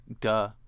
duh